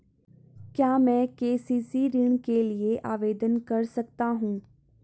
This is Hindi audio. क्या मैं के.सी.सी ऋण के लिए आवेदन कर सकता हूँ?